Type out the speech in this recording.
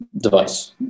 device